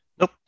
nope